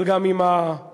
אבל גם עם הטרגדיות,